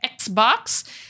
Xbox